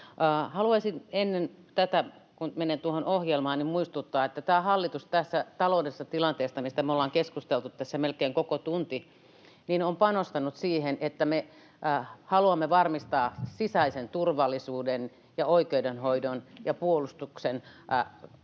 Haluaisin, ennen kuin menen tuohon ohjelmaan, muistuttaa, että tämä hallitus tässä taloudellisessa tilanteessa, mistä me ollaan keskusteltu tässä melkein koko tunti, on panostanut siihen, että me haluamme varmistaa sisäisen turvallisuuden ja oikeudenhoidon ja puolustuksen